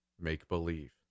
make-believe